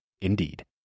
Indeed